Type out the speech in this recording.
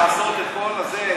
לעשות את כל הזה,